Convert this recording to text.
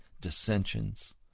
dissensions